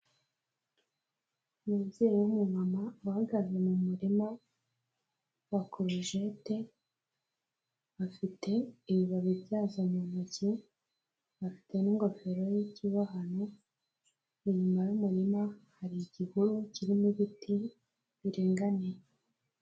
Umubyeyi w'umumama uhagaze mu murima wa corujete, afite ibibabi byazo mu ntoki, afite n'ingofero y'ikibohano, inyuma y'umurima hari igihuru kirimo ibiti biringaniye.